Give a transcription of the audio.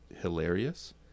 hilarious